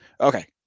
Okay